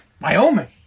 Wyoming